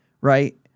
Right